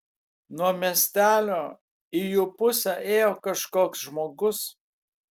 nuo miestelio į jų pusę ėjo kažkoks žmogus